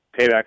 Payback's